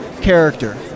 character